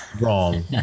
Wrong